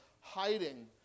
hiding